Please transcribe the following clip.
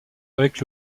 avec